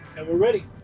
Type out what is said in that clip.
and we're ready.